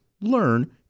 learn